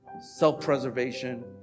self-preservation